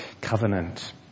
covenant